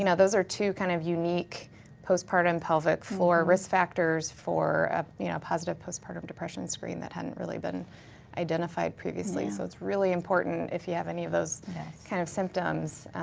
you know those are two kind of unique postpartum pelvic floor risk factors for a you know positive postpartum depression screen that hadn't really been identified previously. so it's really important if you have any of those kind of symptoms